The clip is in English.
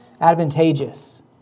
advantageous